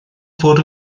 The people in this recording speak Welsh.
fod